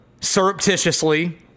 surreptitiously